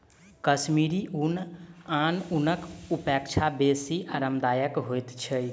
कश्मीरी ऊन आन ऊनक अपेक्षा बेसी आरामदायक होइत छै